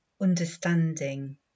understanding